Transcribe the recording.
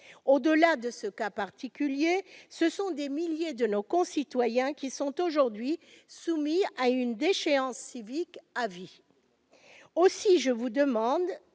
Au-delà de ce cas particulier, ce sont des milliers de nos concitoyens qui sont aujourd'hui soumis à une déchéance civique à vie. La Cour de